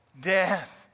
Death